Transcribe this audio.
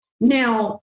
Now